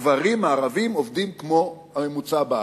הגברים הערבים עובדים כמו הממוצע בארץ.